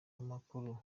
amakuru